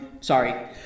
sorry